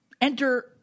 enter